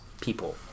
people